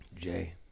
Jay